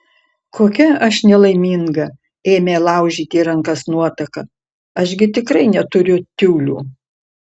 kokia aš nelaiminga ėmė laužyti rankas nuotaka aš gi tikrai neturiu tiulių